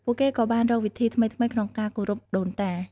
ពួកគេក៏បានរកវិធីថ្មីៗក្នុងការគោរពដូនតា។